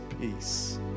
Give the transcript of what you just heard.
peace